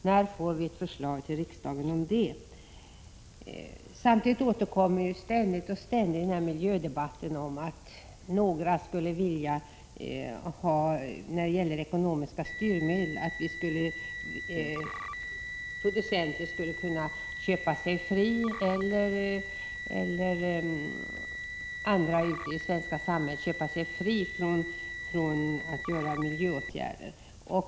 När får vi förslag till riksdagen härvidlag? Då man talar om ekonomiska styrmedel återkommer ständigt i debatten påståendet att några skulle kunna köpa sig fria i fråga om miljöåtgärder.